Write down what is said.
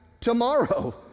tomorrow